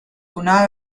una